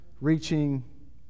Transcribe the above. reaching